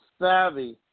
savvy